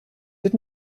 did